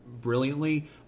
brilliantly